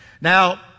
now